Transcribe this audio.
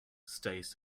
stays